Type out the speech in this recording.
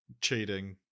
cheating